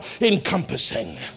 encompassing